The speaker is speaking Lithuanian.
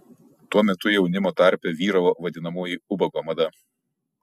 tuo metu jaunimo tarpe vyravo vadinamoji ubago mada